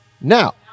Now